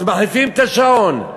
אז מחליפים את השעון.